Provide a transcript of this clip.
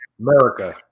America